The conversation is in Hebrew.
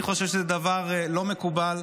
אני חושב שזה דבר לא מקובל.